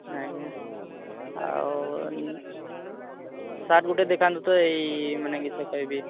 ଆଜ୍ଞା ଆଉ ସାର୍ଟ୍ ଗୋଟେ ଦେଖାନ୍ତୁ ତ ଏଇ ମାନେ କିସ କହିବି